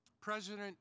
President